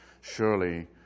Surely